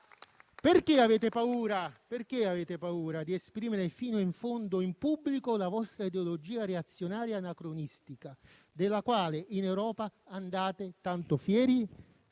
Perché avete paura di esprimere fino in fondo in pubblico la vostra ideologia reazionaria anacronistica, della quale in Europa andate tanto fieri?